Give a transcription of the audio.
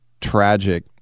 tragic